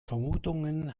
vermutungen